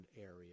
area